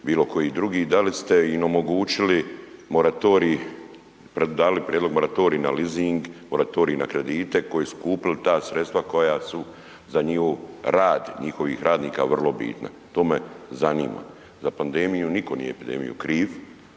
bilokoji drugim, da li ste im omogućili moratorij, dali prijedlog moratorija na leasing, moratorij na kredite koji su kupili ta sredstva koja su za njihov rad njihovih radnika vrlo bitna? To me zanima. Za pandemiju, nitko nije za pandemiju kriv,